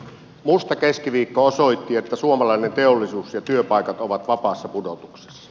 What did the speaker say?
musta keskiviikko osoitti että suomalainen teollisuus ja työpaikat ovat vapaassa pudotuksessa